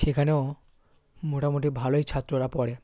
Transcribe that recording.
সেখানেও মোটামোটি ভালোই ছাত্ররা পড়ে